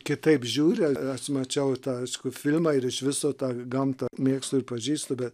kitaip žiūri aš mačiau tą aišku filmą ir iš viso tą gamtą mėgstu ir pažįstu bet